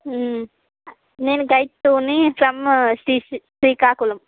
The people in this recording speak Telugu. నేను గైడ్ టూర్ని ఫ్రమ్ శ్రీ శ్రీకాకుళం